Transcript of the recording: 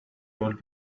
old